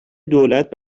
دولت